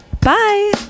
Bye